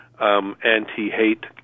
anti-hate